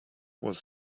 was